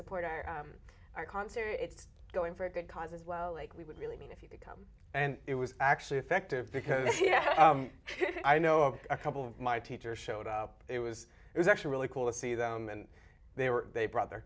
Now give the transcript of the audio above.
support our concert it's going for a good cause as well like we would really mean if you could come and it was actually effective because you know i know a couple of my teachers showed up it was it was actually really cool to see them and they were they brought their